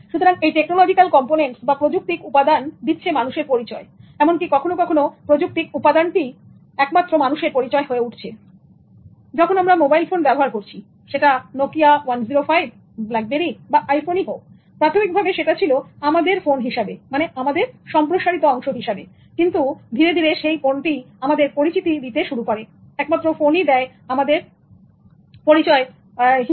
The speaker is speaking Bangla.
সুতরাং টেকনোলজিক্যাল কম্পনেন্টস বা প্রযুক্তিক উপাদান দিচ্ছে মানুষের পরিচয় এমন কি কখনো কখনো প্রযুক্তিক উপাদানটিই একমাত্র মানুষের পরিচয় হয়ে উঠছেযখন আমরা মোবাইল ফোন ব্যবহার করছি সেটা নোকিয়া 105 ব্ল্যাকবেরি বা আইফোনই হোকপ্রাথমিকভাবে সেটা ছিল আমাদের ফোন হিসেবে মানে আমাদের সম্প্রসারিত অংশ হিসেবেকিন্তু ধীরে ধীরে সেই ফোনটি আমাদের পরিচিতি দিতে শুরু করেএকমাত্র ফোনই দেয় তখন আমাদের পরিচয় হয়ে ওঠে